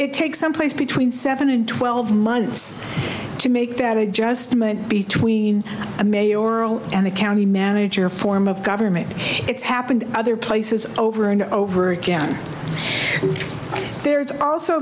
it takes someplace between seven and twelve months to make that adjustment between i'm a oral and the county manager form of government it's happened other places over and over again there's also